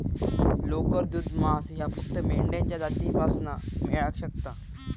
लोकर, दूध, मांस ह्या फक्त मेंढ्यांच्या जातीपासना मेळाक शकता